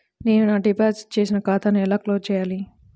నేను నా డిపాజిట్ చేసిన ఖాతాను ఎలా క్లోజ్ చేయాలి?